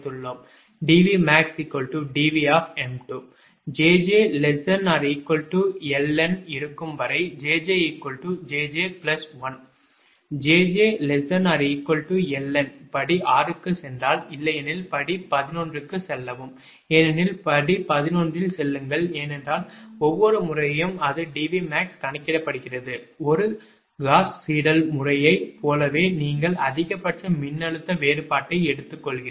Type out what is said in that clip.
8 𝐷𝑉𝑀𝐴𝑋 𝐷𝑉𝑚2 9 𝑗𝑗 ≤ 𝐿𝑁 இருக்கும் வரை 𝑗𝑗 𝑗𝑗 1 10 𝑗𝑗 ≤ 𝐿𝑁 படி 6 க்குச் சென்றால் இல்லையெனில் படி 11 க்குச் செல்லவும் ஏனெனில் படி 11 இல் செல்லுங்கள் ஏனென்றால் ஒவ்வொரு முறையும் அது 𝐷𝑉𝑀𝐴𝑋 கணக்கிடப்படுகிறது ஒரு காஸ் சீடெல் முறையைப் போலவே நீங்கள் அதிகபட்ச மின்னழுத்த வேறுபாட்டை எடுத்துக்கொள்கிறீர்கள்